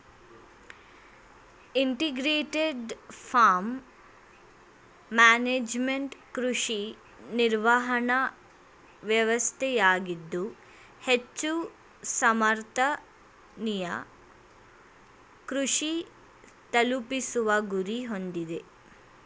integrated farm management ಕೃಷಿ ನಿರ್ವಹಣಾ ವ್ಯವಸ್ಥೆಯಾಗಿದ್ದು ಹೆಚ್ಚು ಸಮರ್ಥನೀಯ ಕೃಷಿ ತಲುಪಿಸುವ ಗುರಿ ಹೊಂದಿದೆ